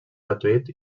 gratuït